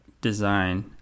design